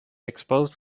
exposed